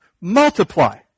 multiply